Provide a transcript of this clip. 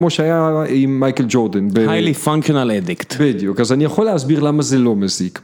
כמו שהיה עם מייקל ג'ורדן ב... היילי פונקצ'ונל אדיקט בדיוק, אז אני יכול להסביר למה זה לא מזיק